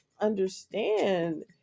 understand